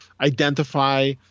identify